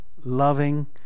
loving